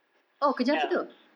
ya